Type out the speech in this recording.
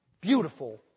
beautiful